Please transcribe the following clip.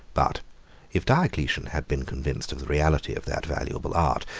but if diocletian had been convinced of the reality of that valuable art,